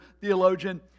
theologian